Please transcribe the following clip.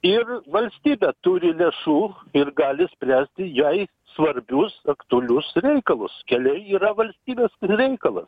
ir valstybė turi lėšų ir gali spręsti jai svarbius aktualius reikalus keliai yra valstybės ir reikalas